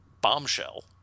bombshell